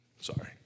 sorry